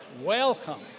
Welcome